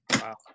Wow